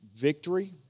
victory